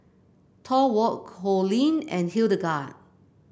Thorwald Coleen and Hildegard